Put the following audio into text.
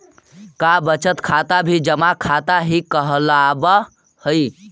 का बचत खाता भी जमा खाता ही कहलावऽ हइ?